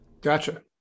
Gotcha